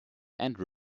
and